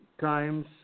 times